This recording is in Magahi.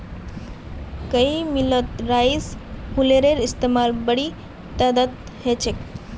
कई मिलत राइस हुलरेर इस्तेमाल बड़ी तदादत ह छे